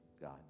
God